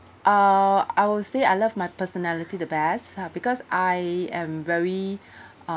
err I would say I love my personality the best uh because I am very uh